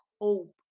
hope